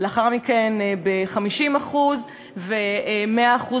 לאחר מכן ב-50% וב-100%,